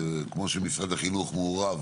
כמו שמשרד החינוך מעורב